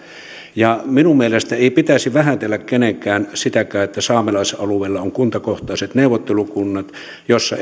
ja minun mielestäni ei pitäisi vähätellä kenenkään sitäkään että saamelaisalueella on kuntakohtaiset neuvottelukunnat joissa